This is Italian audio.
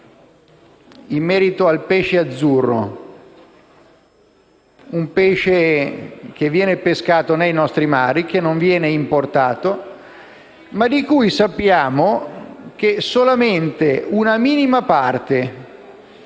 in merito al pesce azzurro, che viene pescato nei nostri mari e che non viene importato, ma di cui sappiamo che solamente una minima parte